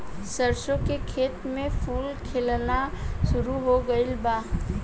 सरसों के खेत में फूल खिलना शुरू हो गइल बा